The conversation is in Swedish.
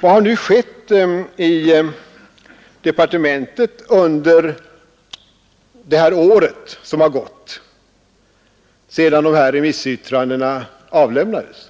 Vad har nu skett i departementet under det år som gått sedan de här remissyttrandena avlämnades?